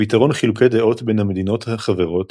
ופתרון חילוקי דעות בין המדינות החברות,